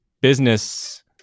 business